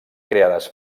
creades